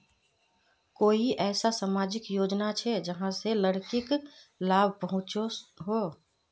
कोई ऐसा सामाजिक योजना छे जाहां से लड़किक लाभ पहुँचो हो?